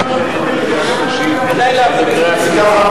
איך אפשר להצביע על שתיהן, ?